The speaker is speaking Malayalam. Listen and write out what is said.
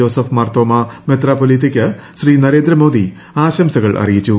ജോസഫ് മാർത്തോമ മെത്രാപ്പൊലീത്തയ്ക്ക് ശ്രീ നരേന്ദ്രമോദി ആശംസകൾ അറിയിച്ചു